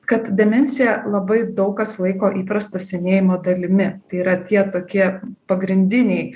kad demenciją labai daug kas laiko įprasto senėjimo dalimi tai yra tie tokie pagrindiniai